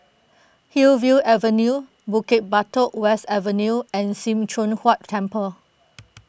Hillview Avenue Bukit Batok West Avenue and Sim Choon Huat Temple